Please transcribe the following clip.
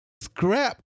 Scrap